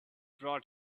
brought